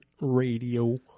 Radio